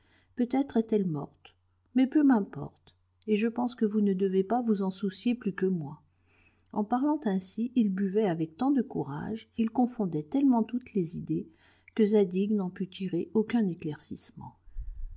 peut-être est-elle morte mais peu m'importe et je pense que vous ne devez pas vous en soucier plus que moi en parlant ainsi il buvait avec tant de courage il confondait tellement toutes les idées que zadig n'en put tirer aucun éclaircissement